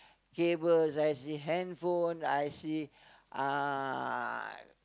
cables I see handphone I see uh